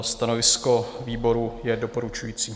Stanovisko výboru je doporučující.